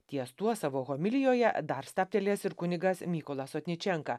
ties tuo savo homilijoje dar stabtelės ir kunigas mykolas sotničenka